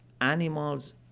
animals